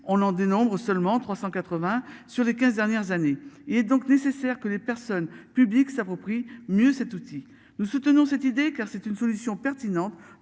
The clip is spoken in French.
on en dénombre seulement 380 sur les 15 dernières années. Il est donc nécessaire que les personnes publiques s'approprie mieux cet outil nous soutenons cette idée car c'est une solution pertinente.